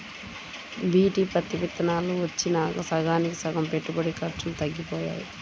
BT పత్తి విత్తనాలు వచ్చినాక సగానికి సగం పెట్టుబడి ఖర్చులు తగ్గిపోయాయి